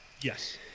Yes